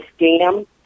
scam